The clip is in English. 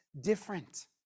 different